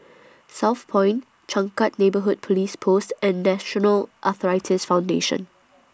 Southpoint Changkat Neighbourhood Police Post and National Arthritis Foundation